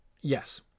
Yes